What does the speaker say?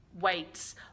weights